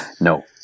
No